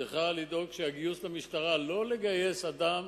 צריכה לדאוג שהגיוס למשטרה, לא לגייס אדם